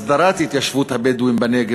הסדרת התיישבות הבדואים בכנסת,